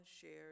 shared